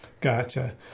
Gotcha